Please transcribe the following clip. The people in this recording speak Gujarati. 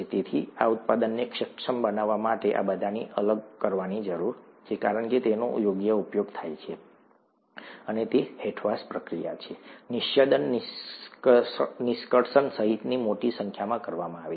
તેથી આ ઉત્પાદનને સક્ષમ બનાવવા માટે આ બધાથી અલગ કરવાની જરૂર છે કારણ કે તેનો યોગ્ય ઉપયોગ થાય છે અને તે હેઠવાસ પ્રક્રિયા છે નિસ્યંદન નિષ્કર્ષણ સહિતની મોટી સંખ્યામાં કરવામાં આવે છે